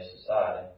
society